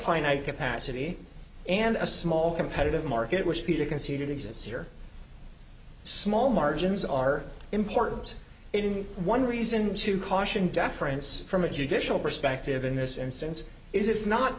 finite capacity and a small competitive market which peter conceded exists here small margins are important it is one reason to caution deference from a judicial perspective in this instance is it's not